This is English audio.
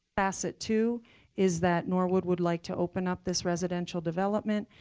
asset two is that norwood would like to open up this residential development.